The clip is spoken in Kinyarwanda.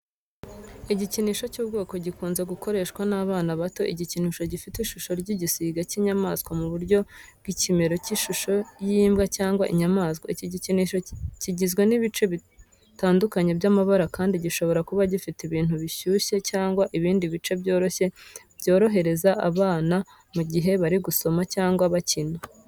Igikinisho cy'ubwoko gikunze gukoreshwa n'abana bato igikinisho gifite ishusho y'igisiga cy'inyamaswa mu buryo bw'ikimero cy'ishusho y'imbwa cyangwa inyamaswa. Iki gikinisho kigizwe n'ibice bitandukanye by'amabara kandi gishobora kuba gifite ibintu bishyushye cyangwa ibindi bice byoroshye byorohereza abana mu gihe bari gusoma cyangwa bakina.